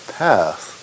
path